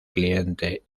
cliente